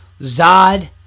Zod